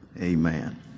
Amen